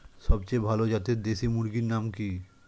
সবচেয়ে ভালো জাতের দেশি মুরগির নাম কি?